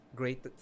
great